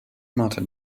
martin